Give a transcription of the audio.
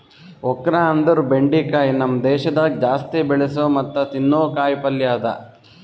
okra ಅಂದುರ್ ಬೆಂಡಿಕಾಯಿ ನಮ್ ದೇಶದಾಗ್ ಜಾಸ್ತಿ ಬೆಳಸೋ ಮತ್ತ ತಿನ್ನೋ ಕಾಯಿ ಪಲ್ಯ ಅದಾ